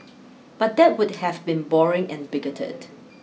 but that would have been boring and bigoted